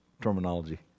terminology